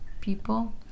people